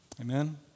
Amen